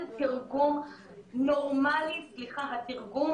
אתר האינטרנט שלהם לא עומד בראש סדר העדיפויות,